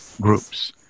groups